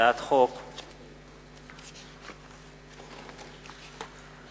הצעת חוק איסור הפליה של תלמידים במערכת החינוך (תיקוני חקיקה),